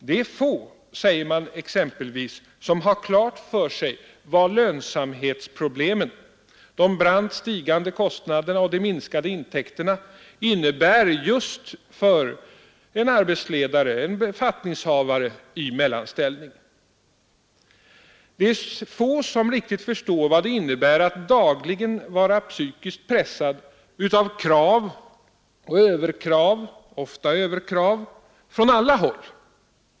Det är få, säger man, som har klart för sig vad lönsamhetsproblemen, de brant stigande kostnaderna och de minskade intäkterna innebär just för en arbetsledare, en befattningshavare i mellanställning. Det är få som riktigt förstår vad det innebär att dagligen vara psykiskt pressad av krav och överkrav — ofta överkrav — från alla håll.